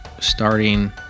starting